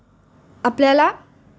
आपल्याला